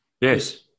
Yes